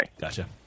Gotcha